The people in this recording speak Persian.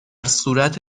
صورت